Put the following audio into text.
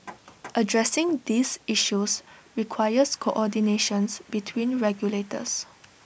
addressing these issues requires coordinations between regulators